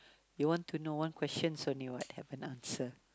you want to know one questions only what haven't answer